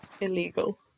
illegal